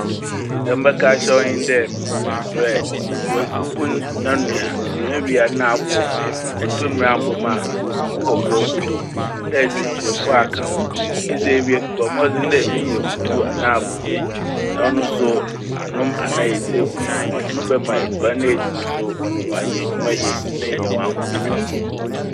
Iyi dze, dza mɛka akyerɛ wo ara nye dɛ borɛ - borɛrdze bun na noa. Enoa wie a na abom nkontomire abom a ngo kɔkɔɔ gu do na edze kyirefuwa aka ho. Edzi ewie no, bɔ mbɔdzen dɛ ebenya ekutu anaa abrobe. Ɔno so anom anaa edzi egu do. Ɔno bɛma edziban na edzi no so ɔayɛ edwuma yie na enya w'ahotɔ.